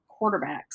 quarterbacks